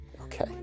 okay